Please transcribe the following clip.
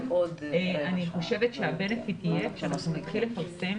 אני חושבת שהבנפיט יהיה כשאנחנו נתחיל לפרסם